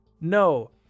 no